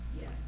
Yes